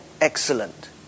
excellent